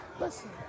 Listen